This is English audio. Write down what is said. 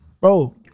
Bro